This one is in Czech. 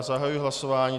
Zahajuji hlasování.